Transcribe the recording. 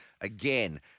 again